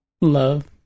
Love